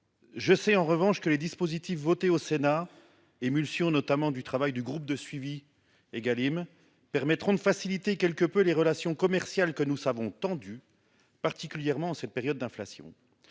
je sais en revanche que les dispositifs votés au Sénat, fruits du travail du groupe de suivi d'Égalim, permettront de faciliter quelque peu les relations commerciales, que nous savons tendues, particulièrement en cette période d'inflation.